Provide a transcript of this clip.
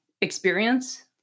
experience